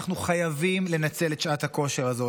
אנחנו חייבים לנצל את שעת הכושר הזו,